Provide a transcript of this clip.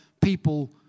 people